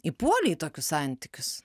įpuolei į tokius santykius